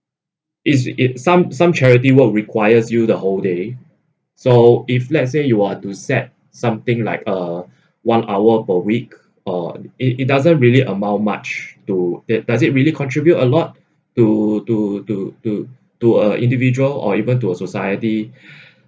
is it some some charity work requires you the whole day so if let's say you are to set something like a one hour per week uh it it doesn't really amount much to that does it really contribute a lot to to to to to uh individual or even to a society